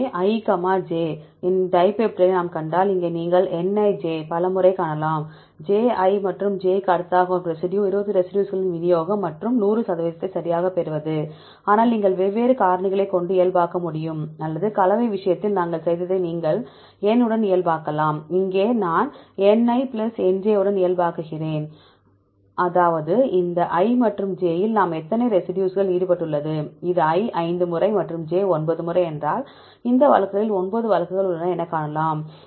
எனவே I comma j இன் டைபெப்டைடை நாம் கண்டால் எங்கே நீங்கள் Nij பல முறை காணலாம் j i மற்றும் j க்கு அடுத்ததாக வரும் ரெசிடியூ 20 ரெசிடியூஸ்களின் விநியோகம் மற்றும் 100 சதவீதத்தை சரியாகப் பெறுவது ஆனால் நீங்கள் வெவ்வேறு காரணிகளைக் கொண்டு இயல்பாக்க முடியும் அல்லது கலவை விஷயத்தில் நாங்கள் செய்ததைப் போல நீங்கள் N உடன் இயல்பாக்கலாம் இங்கே நான் Ni plus Nj உடன் இயல்பாக்குகிறேன் அதாவது இந்த i மற்றும் j இல் நாம் எத்தனை ரெசிடியூஸ்கள் ஈடுபட்டுள்ளது அது i 5 முறை மற்றும் j 9 முறை என்றால் அந்த வரிசையில் 9 வழக்குகள் உள்ளன என காணலாம்